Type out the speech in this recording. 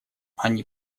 они